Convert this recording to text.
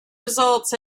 results